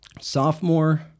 sophomore